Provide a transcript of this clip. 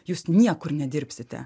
jūs niekur nedirbsite